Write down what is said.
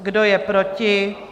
Kdo je proti?